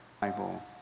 Bible